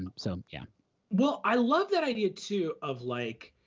and so yeah well, i love that idea too, of like,